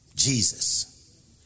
Jesus